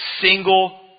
single